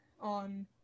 on